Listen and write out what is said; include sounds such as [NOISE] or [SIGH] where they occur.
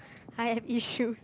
I have issues [LAUGHS]